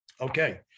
okay